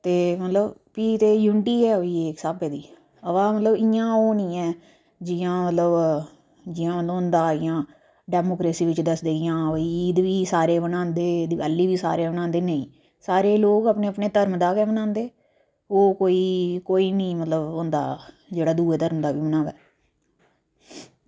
ते भी ओह् युनिटी गै आई इक्क स्हाबै दी बाऽ मतलब इंया ओह् निं ऐ जियां मतलब जियां होंदा जां जियां डैमोक्रेसी दस्सदे जां ईद होई सारे मनांदे दिवापली बी सारे मनांदे नेईं सारे लोग अपने अपने धर्म दा गै बनांदे ओह् कोई ओह् कोई निं होंदा जेह्ड़ा दूऐ धर्म दा बी उन्ना होऐ